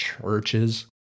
churches